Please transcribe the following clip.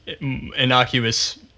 innocuous